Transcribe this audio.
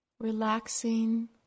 Relaxing